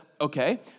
okay